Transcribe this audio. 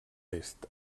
est